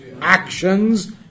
actions